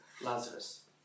Lazarus